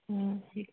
ঠিক